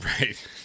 Right